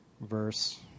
verse